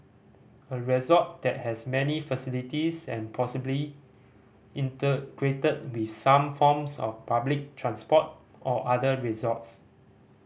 a resort that has many facilities and possibly integrated with some forms of public transport or other resorts